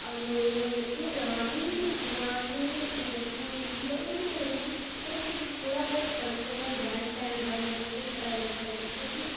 नमीं होनी ऐ इ'यां ग्रांऽ दी बी ग्रांऽ दे जेह्डे़ मतलब की पीढ़ी ऐ उंदी बी सोच होंदी पर फिर बी थोह्ड़ा बहोत फर्क होंदा रैह्न सैह्न दा मतलब कि उंदी पढाई लिखाई दा जि'यां कि